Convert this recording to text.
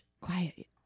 Quiet